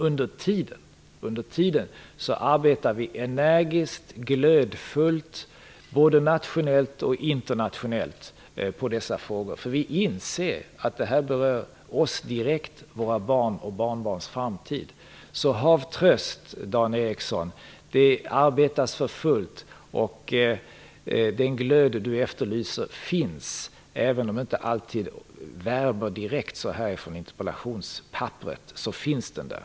Under tiden arbetar vi energiskt och glödfullt både nationellt och internationellt med dessa frågor. Vi inser att det berör oss direkt och våra barns och barnbarns framtid. Hav tröst, Dan Ericsson. Det arbetas för fullt. Den glöd som efterlyses finns. Även om den inte värmer direkt från interpellationspapperet så finns den där.